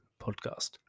podcast